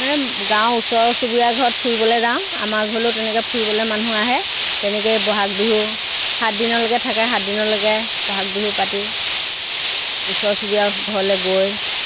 মানে গাঁৱৰ ওচৰ চুবুৰীয়া ঘৰত ফুৰিবলৈ যাওঁ আমাৰ ঘৰলৈয়ো তেনেকৈ ফুৰিবলৈ মানুহ আহে তেনেকৈয়ে বহাগ বিহু সাতদিনলৈকে থাকে সাতদিনলৈকে বহাগ বিহু পাতি ওচৰ চুবুৰীয়াৰ ঘৰত গৈ